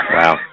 Wow